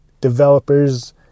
developers